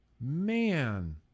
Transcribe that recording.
Man